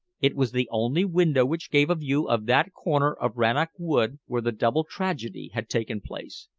it was the only window which gave a view of that corner of rannoch wood where the double tragedy had taken place.